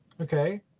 Okay